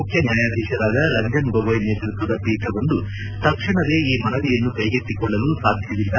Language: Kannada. ಮುಖ್ಯ ನ್ಯಾಯಾಧೀಶರಾದ ರಂಜನ್ ಗೋಗೊಯ್ ನೇತೃತ್ವದ ಪೀಠವೊಂದು ತಕ್ಷಣವೇ ಈ ಮನವಿಯನ್ನು ಕೈಗೆತ್ತಿಕೊಳ್ಳಲು ಸಾಧ್ವವಿಲ್ಲ